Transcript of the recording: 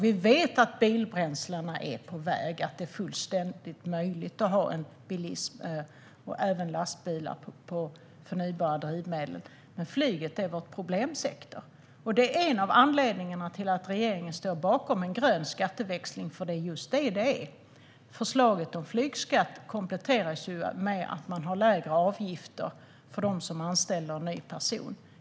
Vi vet att biobränslena är på väg - att det är fullständigt möjligt att ha bilism, även lastbilar, med förnybara drivmedel. Men flyget är vår problemsektor, och det är en av anledningarna till att regeringen står bakom en grön skatteväxling - för det är just vad det är. Förslaget om flygskatt kompletteras ju med lägre avgifter för dem som anställer en ny person.